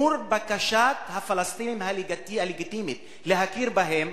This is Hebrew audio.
מול בקשת הפלסטינים הלגיטימית להכיר בהם,